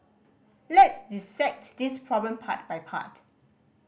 let's dissect this problem part by part